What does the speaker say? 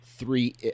three